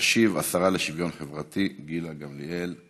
תשיב השרה לשוויון חברתי גילה גמליאל.